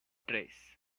tres